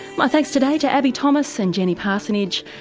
my thanks today to abbie thomas and jenny parsonage.